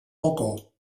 balcó